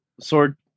Sword